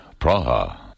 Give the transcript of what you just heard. Praha